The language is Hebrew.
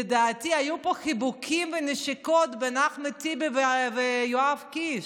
לדעתי היו פה חיבוקים ונשיקות בין אחמד טיבי ליואב קיש.